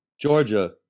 Georgia